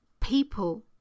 people